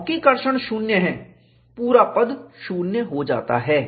क्योंकि कर्षण ट्रैक्शन शून्य हैपूरा पद शून्य हो जाता है